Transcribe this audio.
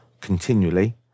continually